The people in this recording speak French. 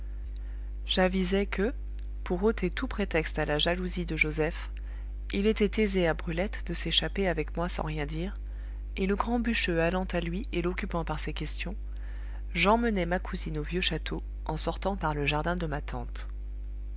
j'avisai que pour ôter tout prétexte à la jalousie de joseph il était aisé à brulette de s'échapper avec moi sans rien dire et le grand bûcheux allant à lui et l'occupant par ses questions j'emmenai ma cousine au vieux château en sortant par le jardin de ma tante